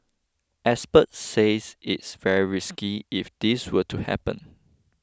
experts says it is very risky if this were to happen